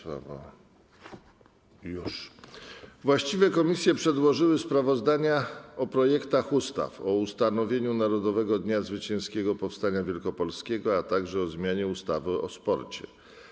Właściwe komisje przedłożyły sprawozdania o projektach ustaw: - o ustanowieniu Narodowego Dnia Zwycięskiego Powstania Wielkopolskiego, - o zmianie ustawy o sporcie.